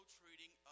treating